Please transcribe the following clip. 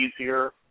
easier